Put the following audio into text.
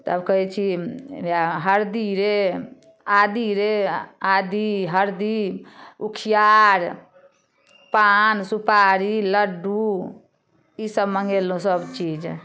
तब कहै छी ओएह हरदी रे आदी रे आदी हरदी उखियार पान सुपारी लड्डू ईसब मङ्गेलहुँ सब चीज